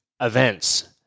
events